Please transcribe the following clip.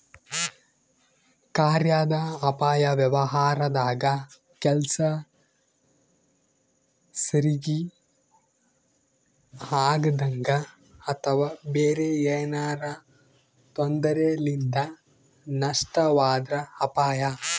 ಕಾರ್ಯಾದ ಅಪಾಯ ವ್ಯವಹಾರದಾಗ ಕೆಲ್ಸ ಸರಿಗಿ ಆಗದಂಗ ಅಥವಾ ಬೇರೆ ಏನಾರಾ ತೊಂದರೆಲಿಂದ ನಷ್ಟವಾದ್ರ ಅಪಾಯ